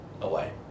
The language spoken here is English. away